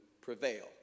prevail